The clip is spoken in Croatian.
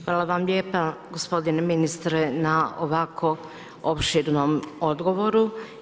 Hvala vam lijepa gospodine ministre na ovako opširnom odgovoru.